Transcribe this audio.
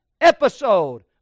episode